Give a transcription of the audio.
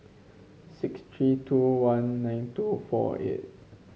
six three two one nine two four eight